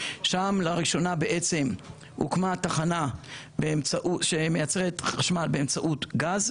שם לראשונה הוקמה תחנה שמייצרת חשמל באמצעות גז,